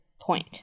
point